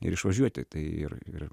ir išvažiuoti tai ir ir